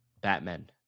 Batman